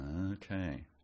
Okay